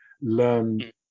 learn